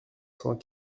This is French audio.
cent